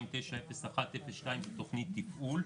29-01-02 זאת תוכנית עיקול,